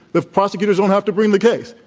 the prosecutors don't have to bring the case,